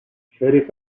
sheriff